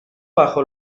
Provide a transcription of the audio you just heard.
bajo